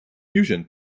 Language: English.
fusion